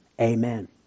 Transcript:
Amen